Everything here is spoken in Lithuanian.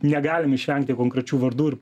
negalim išvengti konkrečių vardų ir